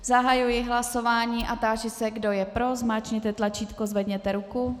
Zahajuji hlasování a táži se, kdo je pro, zmáčkněte tlačítko, zvedněte ruku.